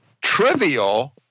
trivial